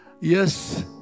yes